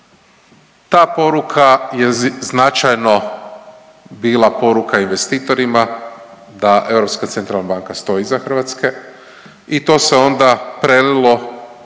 Ta poruka je značajno bila poruka investitorima da Europska centralna banka stoji iza Hrvatske i to se onda prelilo